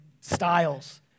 styles